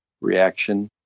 reaction